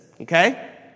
Okay